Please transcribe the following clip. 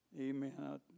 Amen